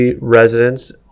residents